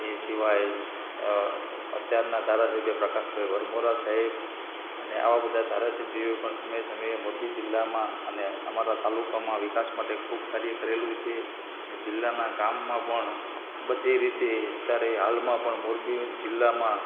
એ સિવાય અત્યારના ધારાસભ્ય પ્રકાશભાઈ વરમોરા સાહેબ અને આવા બધા ધારાસભ્યોએ સમયે સમયે મોરબી જિલ્લ્લામાં અને અમારા તાલુકામાં વિકાસ માટે ખૂબ કાર્ય કરેલું છે અને જીલ્લાનાં કામમાં પણ બધી રીતે અત્યારે હાલમાં પણ મોરબી જિલ્લામાં